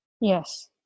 Yes